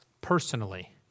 personally